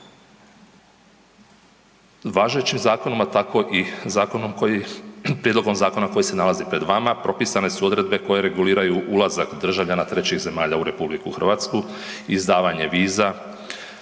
Važećim zakonom, a tako i prijedlogom zakona koji se nalazi pred vama propisane su odredbe koje reguliraju ulazak državljana trećih zemalja u RH, izdavanje viza